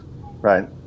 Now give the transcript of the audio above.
right